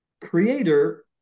creator